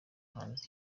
hanze